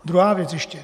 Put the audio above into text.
Druhá věc ještě.